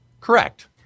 Correct